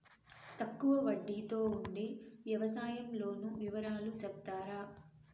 తక్కువ వడ్డీ తో ఉండే వ్యవసాయం లోను వివరాలు సెప్తారా?